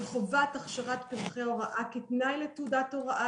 חובת הכשרת פקחי הוראה כתנאי לתעודת הוארה,